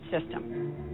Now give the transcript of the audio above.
system